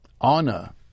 honor